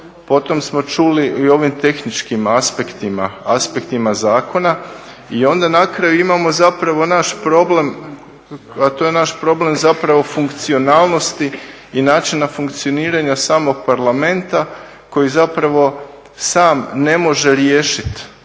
Potom smo čuli i u ovim tehničkim aspektima zakona i onda na kraju imamo zapravo naš problem, a to je naš problem zapravo funkcionalnosti i načina funkcioniranja samog Parlamenta koji zapravo sam ne može riješiti